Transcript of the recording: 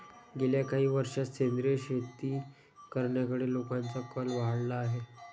गेल्या काही वर्षांत सेंद्रिय शेती करण्याकडे लोकांचा कल वाढला आहे